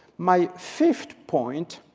my fifth point